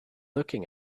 looking